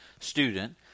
student